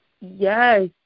Yes